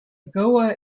goa